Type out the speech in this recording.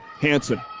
Hanson